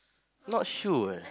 not sure